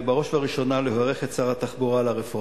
ובראש ובראשונה לברך את שר התחבורה על הרפורמה.